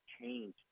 change